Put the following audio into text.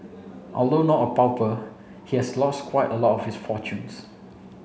although not a pauper he has lost quite a lot of his fortunes